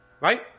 Right